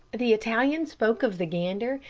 the italian spoke of the gander,